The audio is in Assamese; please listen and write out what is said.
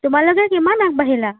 তোমালোকে কিমান আগবাঢ়িলা